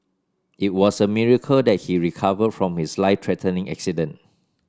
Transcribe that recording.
it was a miracle that he recovered from his life threatening accident